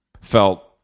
felt